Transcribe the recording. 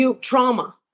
trauma